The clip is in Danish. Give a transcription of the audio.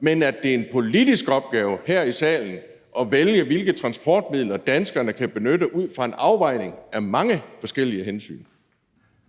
men at det er en politisk opgave her i salen at vælge, hvilke transportmidler danskerne kan benytte ud fra en afvejning af mange forskellige hensyn?